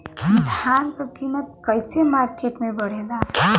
धान क कीमत कईसे मार्केट में बड़ेला?